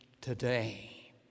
today